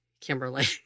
Kimberly